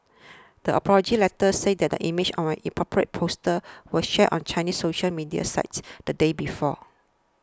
the apology letter said that images of an inappropriate poster were shared on Chinese social media sites the day before